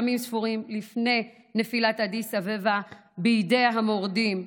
ימים ספורים לפני נפילת אדיס אבבה בידי המורדים,